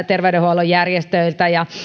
terveydenhuollon järjestöiltä ja